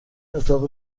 اتاق